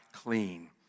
clean